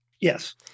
Yes